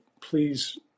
please